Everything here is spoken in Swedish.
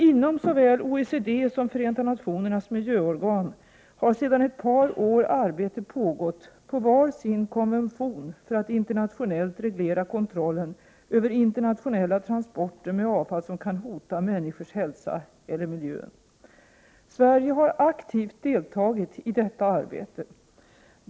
Inom såväl OECD som Förenta nationernas miljöorgan har sedan ett par år arbete pågått på var sin konvention för att internationellt reglera kontrollen över internationella transporter med avfall som kan hota människors hälsa eller miljön. Sverige har aktivt deltagit i detta arbete.